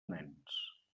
nens